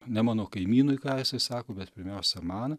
ne mano kaimynui ką jisai sako bet pirmiausia man